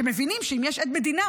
שמבינים שאם יש עד מדינה,